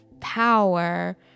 power